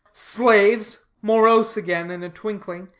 slaves? morose again in a twinkling,